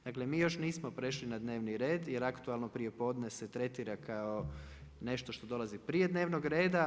Dakle, mi još nismo prešli na dnevni red, jer aktualno prijepodne se tretira kao nešto što dolazi prije dnevnog reda.